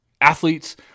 athletes